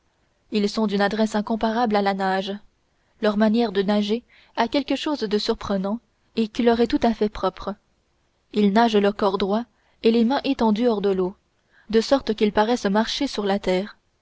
ils sont d'une adresse incomparable à la nage leur manière de nager a quelque chose de surprenant et qui leur est tout à fait propre ils nagent le corps droit et les mains étendues hors de l'eau de sorte qu'ils paraissent marcher sur la terre